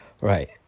Right